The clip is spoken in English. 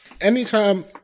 anytime